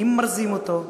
אם מרזים אותו,